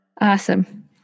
Awesome